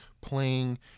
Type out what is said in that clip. playing